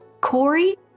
Corey